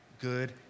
good